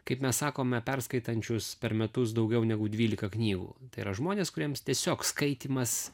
kaip mes sakome perskaitančius per metus daugiau negu dvylika knygų yra žmonės kuriems tiesiog skaitymas